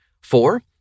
Four